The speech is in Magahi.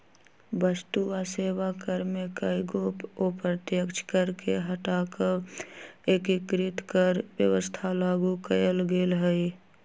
वस्तु आ सेवा कर में कयगो अप्रत्यक्ष कर के हटा कऽ एकीकृत कर व्यवस्था लागू कयल गेल हई